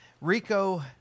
Rico